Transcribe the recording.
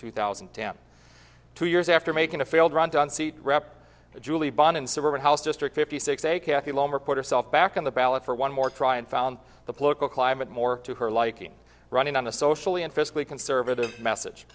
two thousand and two years after making a failed run to unseat rep julie bonn in suburban house district fifty six a kathy loam reporter self back on the ballot for one more try and found the political climate more to her liking running on a socially and fiscally conservative message